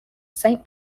saint